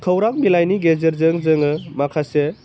खौरां बिलाइनि गेजेरजों जोङो माखासे